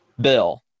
Bill